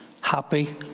happy